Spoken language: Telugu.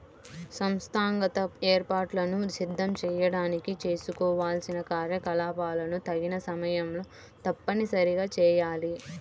సంస్థాగత ఏర్పాట్లను సిద్ధం చేయడానికి చేసుకోవాల్సిన కార్యకలాపాలను తగిన సమయంలో తప్పనిసరిగా చేయాలి